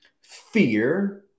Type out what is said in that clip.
fear